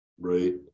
right